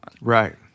Right